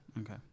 Okay